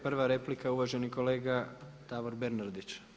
Prva replika, uvaženi kolega Davor Bernardić.